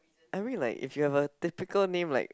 I mean like if you have a typical name like